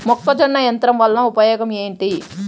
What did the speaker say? మొక్కజొన్న యంత్రం వలన ఉపయోగము ఏంటి?